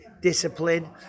discipline